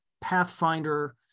Pathfinder